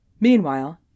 Meanwhile